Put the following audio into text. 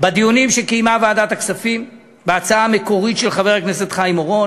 בדיונים שקיימה ועדת הכספים בהצעה המקורית של חבר הכנסת חיים אורון.